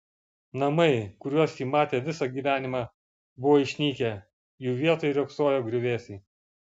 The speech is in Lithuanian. namai kuriuos ji matė visą gyvenimą buvo išnykę jų vietoj riogsojo griuvėsiai